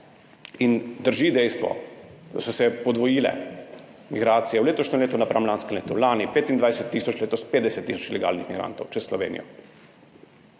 in drži dejstvo, da so se podvojile migracije v letošnjem letu napram lanskem letu, lani 25 tisoč, letos 50 tisoč ilegalnih migrantov čez Slovenijo.